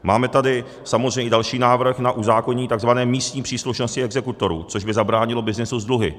Máme tady samozřejmě další návrh na uzákonění takzvané místní příslušnosti exekutorů, což by zabránilo byznysu s dluhy.